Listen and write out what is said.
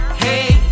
hey